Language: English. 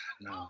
no